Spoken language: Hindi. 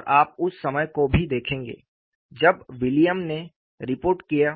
और आप उस समय को भी देखेंगे जब विलियम ने रिपोर्ट किया